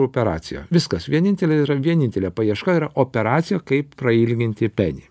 operacija viskas vienintelė yra vienintelė paieška yra operacija kaip prailginti penį